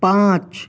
پانچ